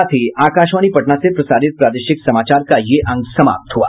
इसके साथ ही आकाशवाणी पटना से प्रसारित प्रादेशिक समाचार का ये अंक समाप्त हुआ